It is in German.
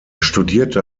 studierte